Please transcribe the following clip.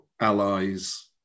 allies